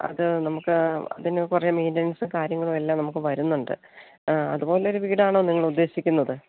അത് നമുക്ക് അതിന് കുറേ മെയിൻറ്റനൻസും കാര്യങ്ങളും എല്ലാം നമുക്ക് വരുന്നുണ്ട് അതുപോലെ ഒരു വീടാണോ നിങ്ങൾ ഉദ്ദേശിക്കുന്നത്